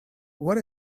what